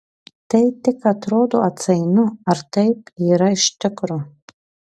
tai tik atrodo atsainu ar taip yra iš tikro